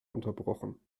unterbrochen